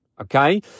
Okay